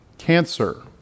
cancer